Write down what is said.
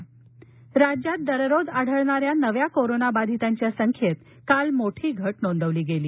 Covid राज्य राज्यात दररोज आढळणाऱ्या नव्या कोरोनाबाधितांच्या संख्येत काल मोठी घट नोंदवली गेली